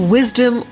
Wisdom